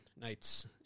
nights